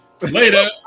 later